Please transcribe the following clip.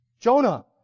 Jonah